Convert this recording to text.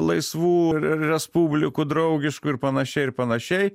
laisvų re respublikų draugiškų ir panašiai ir panašiai